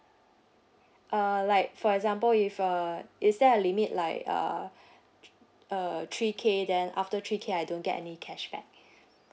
uh like for example if uh is there a limit like uh uh three K then after three K I don't get any cashback